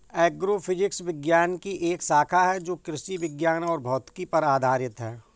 agrophysics विज्ञान की एक शाखा है जो कृषि विज्ञान और भौतिकी पर आधारित है